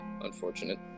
Unfortunate